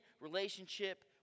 relationship